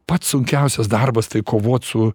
pats sunkiausias darbas tai kovot su